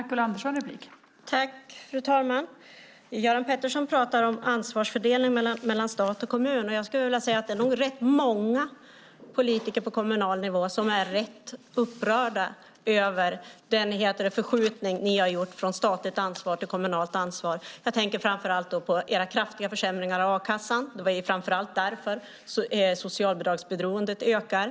Fru talman! Göran Pettersson talar om ansvarsfördelning mellan stat och kommun. Det är nog rätt många politiker på kommunal nivå som är ganska upprörda över den förskjutning ni har gjort från statligt ansvar till kommunalt ansvar. Jag tänker i första hand på era kraftiga försämringar av a-kassan som är främsta skälet till att socialbidragsberoendet ökar.